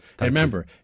remember